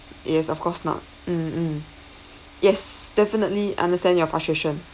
yes of course not mm mm yes definitely understand your frustration